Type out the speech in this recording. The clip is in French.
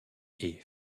est